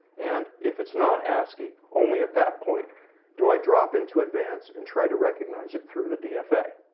and if it's not ascii, only at that point do i drop into advance and try to recognize it through the dfa.